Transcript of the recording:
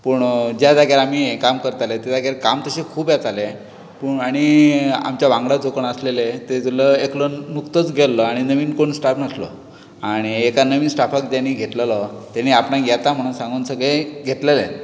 पूण ज्या जाग्यार आमी हें काम करताले त्या जाग्यार काम तशें खूब येतालें पूण आनी आमच्या वांगडा जे कोण आसलेले तितुंतलो एकलो निक्तोच गेल्लो आनी नवीन कोण स्टाफ नासलो आनी एका नवीन स्टाफाक तेणी घेतललो तेणी आपणांक येता म्हणून सांगून सगळें घेतलेलें